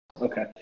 Okay